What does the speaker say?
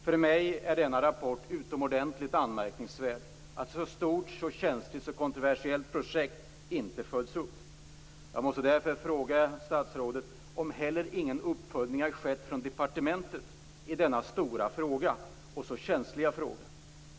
För mig är denna rapport om att ett så stort, känsligt och kontroversiellt projekt inte har följts upp utomordentligt anmärkningsvärd. Jag måste därför fråga statsrådet om inte heller någon uppföljning skett från departementet i denna stora och så känsliga fråga.